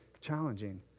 challenging